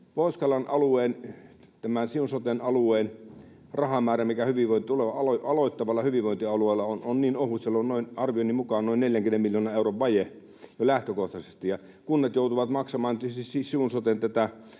Pohjois-Karjalan alueen, tämän Siun soten alueen, rahamäärä, mikä aloittavalla hyvinvointialueella on, on niin ohut, että siellä on arvioni mukaan noin 40 miljoonan euron vaje jo lähtökohtaisesti, ja kunnat joutuvat tietysti maksamaan tätä